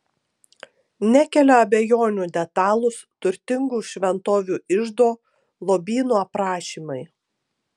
nekelia abejonių detalūs turtingų šventovių iždo lobynų aprašymai